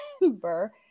remember